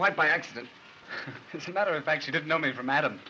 quite by accident it's a matter of fact you don't know me from adam